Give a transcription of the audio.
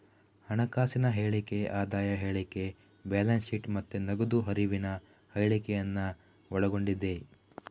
ಹಣಕಾಸಿನ ಹೇಳಿಕೆ ಆದಾಯ ಹೇಳಿಕೆ, ಬ್ಯಾಲೆನ್ಸ್ ಶೀಟ್ ಮತ್ತೆ ನಗದು ಹರಿವಿನ ಹೇಳಿಕೆಯನ್ನ ಒಳಗೊಂಡಿದೆ